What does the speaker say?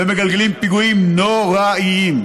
ומגלגלים פיגועים נוראיים.